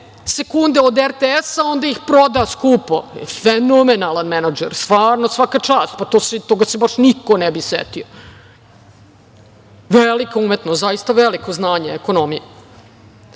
sekunde od RTS, onda ih proda skupo. Fenomenalan menadžer, stvarno, svaka čast, pa, toga se baš niko ne bi setio. Velika umetnost, zaista veliko znanje ekonomije. Dakle,